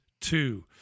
two